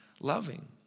loving